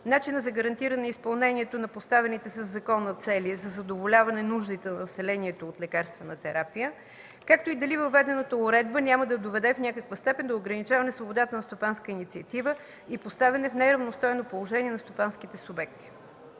начина за гарантиране изпълнението на поставените със закона цели за задоволяване нуждите на населението от лекарствена терапия, както и дали въведената уредба няма да доведе в някаква степен до ограничаване свободата на стопанска инициатива и поставяне в неравностойно положение на стопанските субекти.